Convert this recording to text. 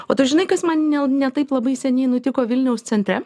o tu žinai kas man ne taip labai seniai nutiko vilniaus centre